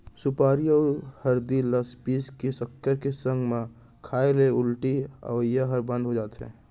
सुपारी अउ हरदी ल पीस के सक्कर के संग म खाए ले उल्टी अवई ह बंद हो जाथे